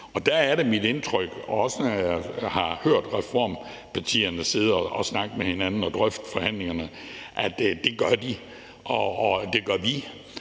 Der er det mit indtryk, også når jeg har hørt reformpartierne sidde og snakke med hinanden og drøfte forhandlingerne, at det gør de, og at det gør vi,